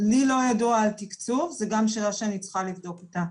לי לא ידוע על תקצוב וזו גם שאלה שאני צריכה לבדוק אותה.